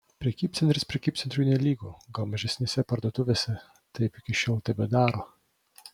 prekybcentris prekybcentriui nelygu gal mažesnėse parduotuvėse taip iki šiol tebedaro